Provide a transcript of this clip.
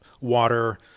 water